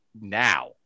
now